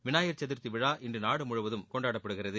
விநாயகர் சதர்த்தி விழா இன்று நாடு முழுவதும் கொண்டாடப்படுகிறது